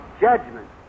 judgment